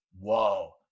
whoa